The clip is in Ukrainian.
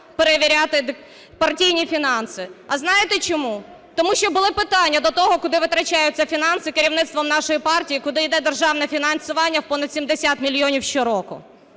перевіряти партійні фінанси. А знаєте, чому? Тому що були питання до того, куди витрачаються фінанси керівництвом нашої партії, куди іде державне фінансування в понад 70 мільйонів щороку.